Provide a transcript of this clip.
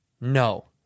No